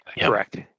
correct